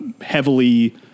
heavily